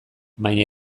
baina